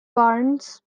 barns